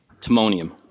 Timonium